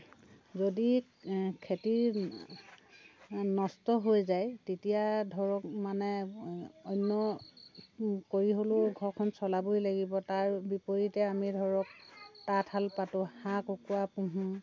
যদি খেতি নষ্ট হৈ যায় তেতিয়া ধৰক মানে অন্য কৰি হ'লেও ঘৰখন চলাবই লাগিব তাৰ বিপৰীতে আমি ধৰক তাঁতশাল পাতোঁ হাঁহ কুকুৰা পোহোঁ